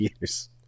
years